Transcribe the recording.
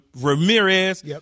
Ramirez